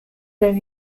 though